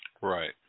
Right